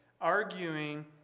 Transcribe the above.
arguing